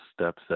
steps